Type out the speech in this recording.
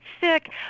sick